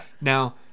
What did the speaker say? now